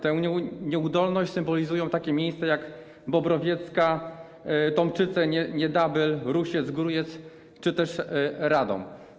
Tę nieudolność symbolizują takie miejsca, jak Bobrowiecka, Tomczyce, Niedabyl, Rusiec, Grójec czy też Radom.